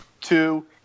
Two